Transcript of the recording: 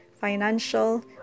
financial